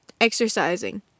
exercising